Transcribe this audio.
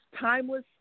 timeless